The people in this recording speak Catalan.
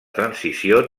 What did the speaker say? transició